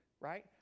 right